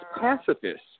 pacifists